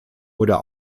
oder